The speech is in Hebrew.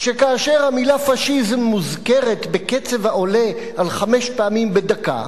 שכאשר המלה פאשיזם מוזכרת בקצב העולה על חמש פעמים בדקה,